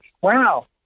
wow